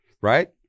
right